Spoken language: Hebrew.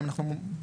האם אנחנו,